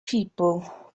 people